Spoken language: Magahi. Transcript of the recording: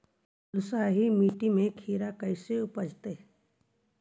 बालुसाहि मट्टी में खिरा कैसे उपजतै?